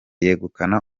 yegukana